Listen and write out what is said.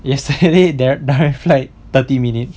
yesterday their direct flight thirty minutes